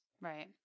Right